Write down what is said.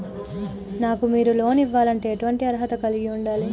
నాకు మీరు లోన్ ఇవ్వాలంటే ఎటువంటి అర్హత కలిగి వుండాలే?